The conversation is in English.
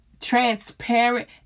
transparent